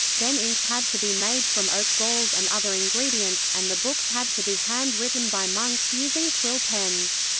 then inks had to be made from oak galls and other ingredients, and the books had to be hand written by monks using quill pens.